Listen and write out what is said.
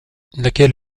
laquelle